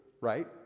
right